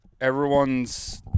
Everyone's